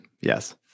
yes